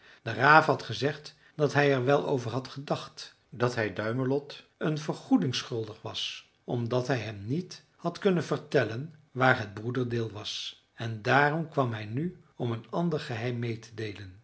de raaf had gezegd dat hij er wel over had gedacht dat hij duimelot een vergoeding schuldig was omdat hij hem niet had kunnen vertellen waar het broederdeel was en daarom kwam hij nu om een ander geheim meê te deelen